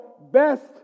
best